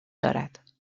دارد